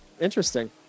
Interesting